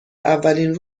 اولین